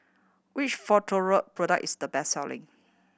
which Futuro product is the best selling